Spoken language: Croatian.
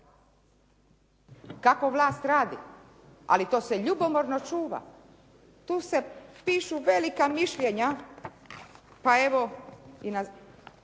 kako vlast radi ali to se ljubomorno čuva. Tu se pišu velika mišljenja. Pa evo i kod